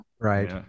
right